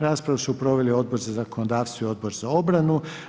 Raspravu su proveli Odbor za zakonodavstvo i Odbor za obranu.